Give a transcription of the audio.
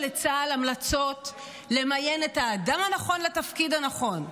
לצה"ל המלצות למיין את האדם הנכון לתפקיד הנכון,